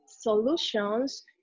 solutions